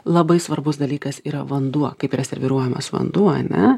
labai svarbus dalykas yra vanduo kaip yra serviruojamas vanduo ane